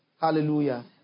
Hallelujah